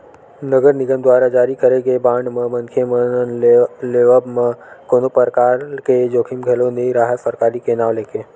नगर निगम दुवारा जारी करे गे बांड म मनखे मन ल लेवब म कोनो परकार के जोखिम घलो नइ राहय सरकारी के नांव लेके